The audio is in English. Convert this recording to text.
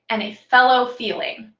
and a fellow feeling.